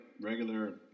regular